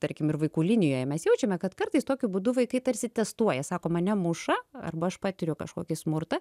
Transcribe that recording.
tarkim ir vaikų linijoje mes jaučiame kad kartais tokiu būdu vaikai tarsi testuoja sako mane muša arba aš patiriu kažkokį smurtą